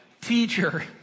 Teacher